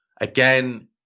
Again